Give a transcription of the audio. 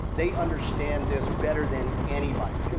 they understand this better than anybody.